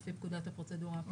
לפי פקודת הפרוצדורה.